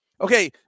Okay